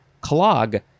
clog